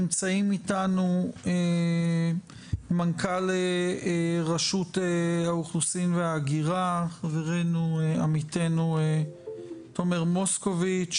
נמצאים איתנו מנכ"ל רשות האוכלוסין וההגירה עמיתנו תומר מוסקוביץ,